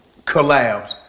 collabs